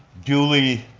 duly